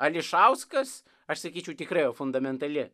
ališauskas aš sakyčiau tikrai jo fundamentali